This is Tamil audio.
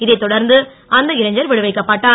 இதைத்தொடர்ந்து அந்த இளைஞர் விடுவிக்கப்பட்டார்